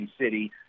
city